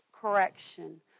correction